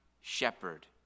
shepherd